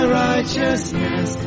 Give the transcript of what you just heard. righteousness